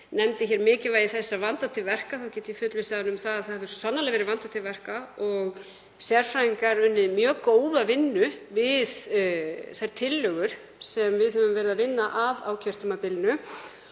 nefndi mikilvægi þess að vanda til verka þá get ég fullvissað hann um að það hefur sannarlega verið vandað til verka og sérfræðingar unnið mjög góða vinnu við þær tillögur sem við höfum verið að vinna að á kjörtímabilinu.